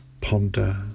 ponder